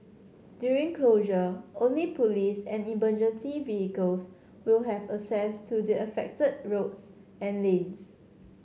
during closure only police and emergency vehicles will have access to the affected roads and lanes